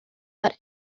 but